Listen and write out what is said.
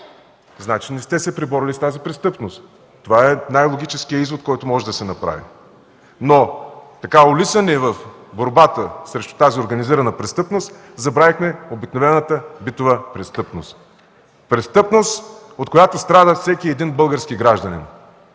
Значи не сте се преборили с тази престъпност. Това е най-логичният извод, който може да се направи. Улисани в борбата срещу тази организирана престъпност, забравихме обикновената битова престъпност, от която страда всеки български гражданин,